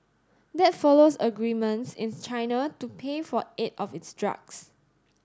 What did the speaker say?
that follows agreements in China to pay for eight of its drugs